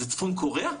זה צפון קוריאה?